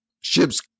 ship's